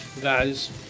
guys